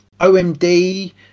OMD